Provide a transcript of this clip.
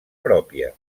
pròpia